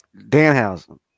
Danhausen